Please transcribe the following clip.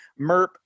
merp